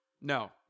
no